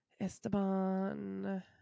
Esteban